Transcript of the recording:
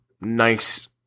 Nice